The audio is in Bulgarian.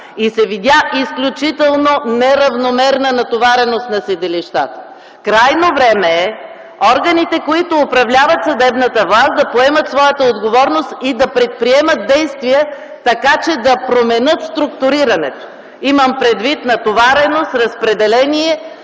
и се видя изключително неравномерна натовареност на съдилищата. Крайно време е органите, които управляват съдебната власт, да приемат своята отговорност и да предприемат действия, така че да променят структурирането, имам предвид натовареност, разпределение